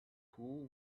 pool